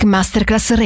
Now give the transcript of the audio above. Masterclass